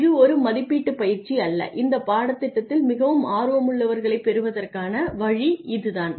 இது ஒரு மதிப்பீட்டுப் பயிற்சி அல்ல இந்த பாடத்திட்டத்தில் மிகவும் ஆர்வமுள்ளவர்களைப் பெறுவதற்காக வழி இது தான்